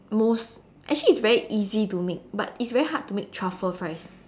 most actually it's very easy to make but it's very hard to make truffle fries